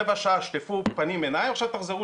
רבע שעה תשטפו פנים ועיניים ועכשיו תחזרו